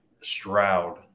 Stroud